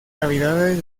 cavidades